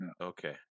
Okay